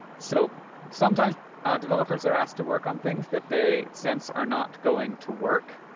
so, sometimes developers are asked to work on things that they sense are not going to work.